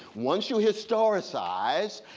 once you historicist,